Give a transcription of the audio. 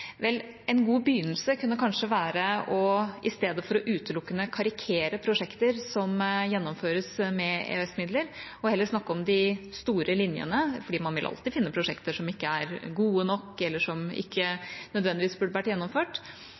Vel, en god begynnelse kunne kanskje være å snakke om de store linjene i stedet for utelukkende å karikere prosjekter som gjennomføres med EØS-midler, for man vil alltid finne prosjekter som ikke er gode nok, eller som ikke nødvendigvis burde vært gjennomført.